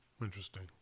Interesting